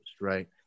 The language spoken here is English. right